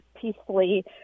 peacefully